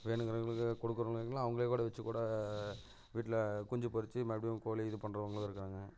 வேணுங்கிறவங்களுக்கு கொடுக்குறவங்களுக்குலாம் அவங்களே கூட வச்சு கூட வீட்டில குஞ்சு பொரித்து மறுபடியும் கோழி இது பண்ணுறவங்களும் இருக்காங்க